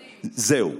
זהו,